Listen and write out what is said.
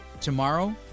Tomorrow